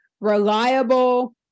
reliable